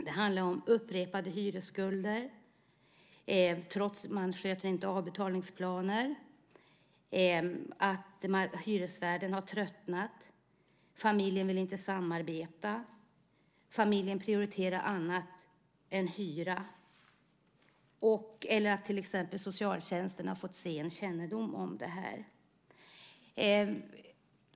Det handlar om upprepade hyresskulder, att man inte sköter avbetalningsplaner, att hyresvärden har tröttnat, att familjen inte vill samarbeta, att familjen prioriterar annat än hyran eller att till exempel socialtjänsten har fått sen kännedom om detta.